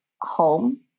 home